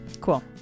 cool